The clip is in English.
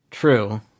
True